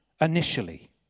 initially